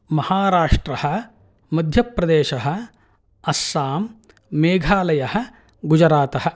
महाराष्ट्रः मध्यप्रदेशः अस्सां मेघालयः गुजरातः